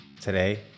today